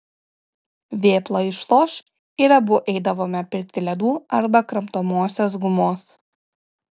vėpla išloš ir abu eidavome pirkti ledų arba kramtomosios gumos